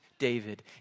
David